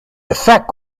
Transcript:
effect